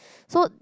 so